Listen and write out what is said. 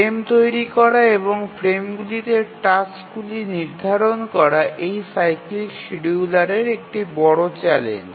frame তৈরি করা এবং ফ্রেমগুলিতে টাস্কগুলি নির্ধারণ করা এই সাইক্লিক শিডিয়ুলারের একটি বড় চ্যালেঞ্জ